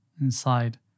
inside